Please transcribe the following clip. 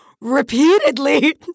repeatedly